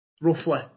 Roughly